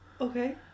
Okay